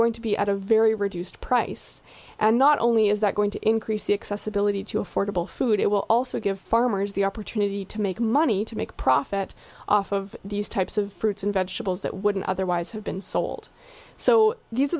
going to be at a very reduced price and not only is that going to increase the accessibility to affordable food it will also give farmers the opportunity to make money to make profit off of these types of fruits and vegetables that wouldn't otherwise have been sold so these